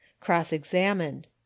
cross-examined